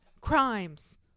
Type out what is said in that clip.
crimes